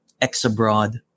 ex-abroad